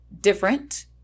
different